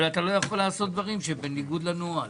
אבל אתה לא יכול לעשות דברים שהם בניגוד לנוהל.